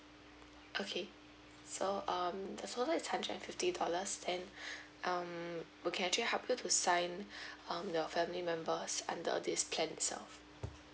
okay so um the total is hundred and fifty dollars then um we can actually help you to sign um your family members under this plan itself